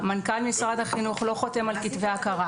מנכ"ל משרד החינוך לא חותם על כתבי הכרה.